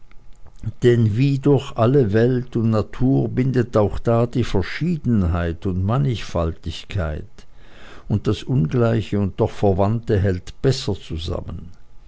denn wie durch alle welt und natur bindet auch da die verschiedenheit und mannigfaltigkeit und das ungleiche und doch verwandte hält besser zusammen